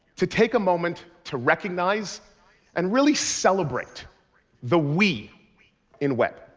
to take a moment to recognize and really celebrate the we we in web